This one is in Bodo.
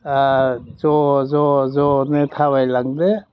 आर ज' ज' ज' ज'नो थाबायलांदो